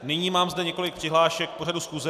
Nyní mám zde několik přihlášek pořadu schůze.